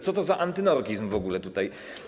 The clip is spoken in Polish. Co to za antynorkizm w ogóle tutaj?